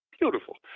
beautiful